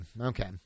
okay